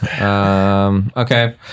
Okay